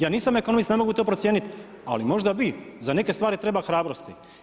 Ja nisam ekonomist, ne mogu to procijeniti ali možda bi, za neke stvari treba hrabrosti.